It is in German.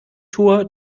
tour